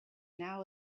now